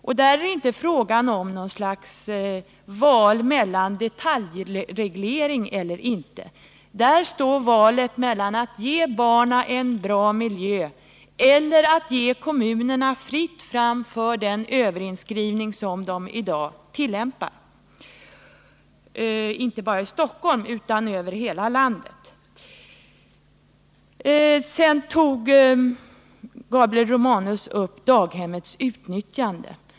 Det är här inte fråga om ett val mellan detaljreglering eller inte, utan här står valet mellan att ge barnen en bra miljö och att ge kommunerna fritt fram för den överinskrivning som man i dag tillämpar, inte bara i Stockholm utan i hela landet. Sedan tog Gabriel Romanus upp frågan om daghemmets utnyttjande.